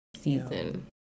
season